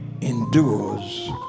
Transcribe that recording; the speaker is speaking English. endures